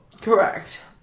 Correct